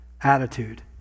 attitude